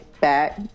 back